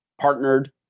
partnered